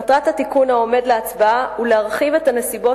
מטרת התיקון העומד להצבעה היא להרחיב את הנסיבות